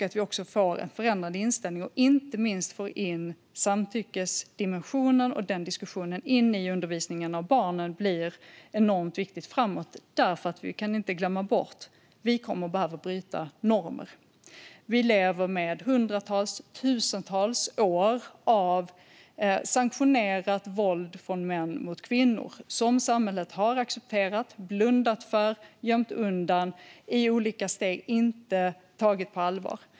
Att vi får en förändrad inställning och inte minst får in samtyckesdimensionen och den diskussionen i undervisningen av barnen blir enormt viktigt framöver, för vi får inte glömma bort att vi kommer att behöva bryta normer. Vi lever med hundratals, tusentals år av sanktionerat våld från män mot kvinnor, som samhället har accepterat, blundat för, gömt undan i olika steg och inte tagit på allvar.